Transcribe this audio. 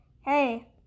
Hey